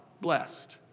Blessed